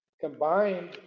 combined